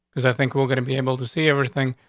because i think we're gonna be able to see everything.